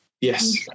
yes